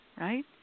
Right